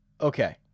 Okay